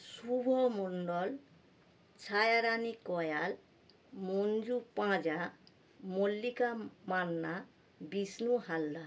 Shubho Mondal Chhaya Rani Koyal Manju Panja Mallika Manna Bishnu Haldar